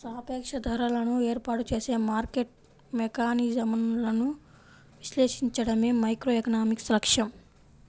సాపేక్ష ధరలను ఏర్పాటు చేసే మార్కెట్ మెకానిజమ్లను విశ్లేషించడమే మైక్రోఎకనామిక్స్ లక్ష్యం